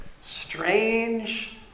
strange